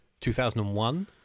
2001